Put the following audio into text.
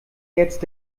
jetzt